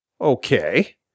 Okay